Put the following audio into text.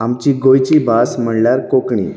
आमची गोंयची भास म्हणळ्यार कोंकणी